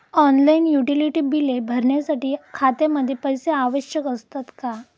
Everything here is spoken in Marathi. ऑनलाइन युटिलिटी बिले भरण्यासाठी खात्यामध्ये पैसे आवश्यक असतात का?